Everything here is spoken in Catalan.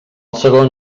segon